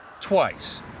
twice